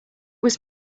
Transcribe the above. was